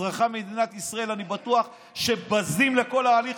אני בטוח שאזרחי מדינת ישראל בזים לכל ההליך